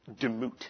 Demut